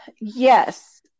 yes